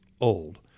old